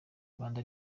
rwanda